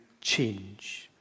change